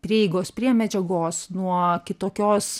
prieigos prie medžiagos nuo kitokios